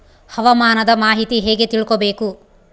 ಹವಾಮಾನದ ಮಾಹಿತಿ ಹೇಗೆ ತಿಳಕೊಬೇಕು?